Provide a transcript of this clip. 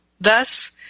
Thus